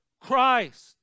Christ